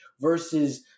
Versus